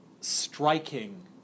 striking